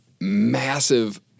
massive